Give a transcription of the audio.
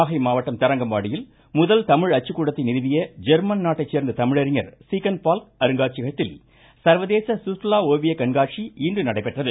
நாகை மாவட்டம் தரங்கம்பாடியில் முதல் தமிழ் அச்சுக்கூடத்தை நிறுவிய நாட்டைச் சேர்ந்த தமிழறிஞர் சீகன் பால்க் அருங்காட்சியகத்தில் ஜெர்மன் சர்வதேச சுற்றுலா ஓவிய கண்காட்சி இன்று நடைபெற்றது